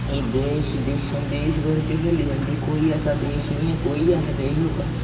एह् देश देशें देश भर च खेढी जंदी कोई ऐसा देश निं ऐ कोई गै ऐसा देश होग्गा